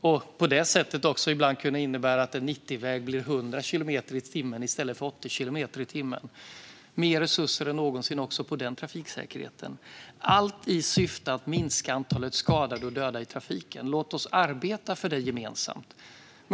Det innebär att det ibland blir 100 kilometer i timmen på en 90-väg i stället för 80 kilometer i timmen. Allt detta gör vi i syfte att minska antalet skadade och döda i trafiken. Låt oss arbeta för det gemensamt.